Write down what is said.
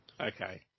Okay